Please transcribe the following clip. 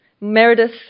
Meredith